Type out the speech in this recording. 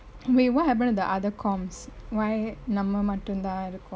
wait what happened to the other comps why நம்ம மட்டுதா இருக்கொ:namme mattunthaa iruko